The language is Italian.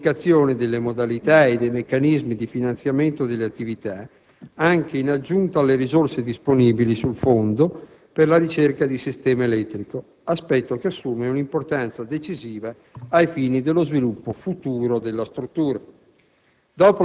con indicazione delle modalità e dei meccanismi di finanziamento delle attività, anche in aggiunta alle risorse disponibili sul Fondo per la ricerca di sistema elettrico, aspetto che assume un'importanza decisiva ai fini dello sviluppo futuro della struttura.